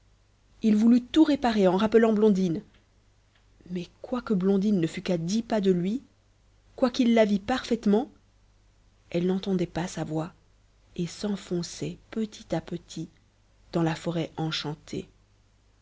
il voulut tout réparer en rappelant blondine mais quoique blondine ne fût qu'à dix pas de lui quoiqu'il la vît parfaitement elle n'entendait pas sa voix et s'enfonçait petit à petit dans la forêt enchantée